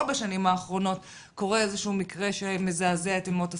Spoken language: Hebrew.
בשנים האחרונות קורה איזשהו מקרה שמזעזע את אמות הסיפים.